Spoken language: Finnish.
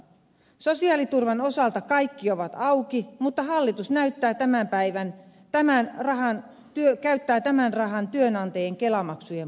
sosiaaliturvan osalta kaikki on auki mutta hallitus näyttää tämän päivän tämän rahan työ käyttää tämän rahan työnantajien kelamaksujen poistoon